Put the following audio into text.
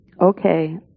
okay